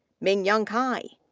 mingyong cai,